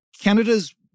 Canada's